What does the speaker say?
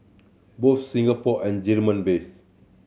both Singapore and German based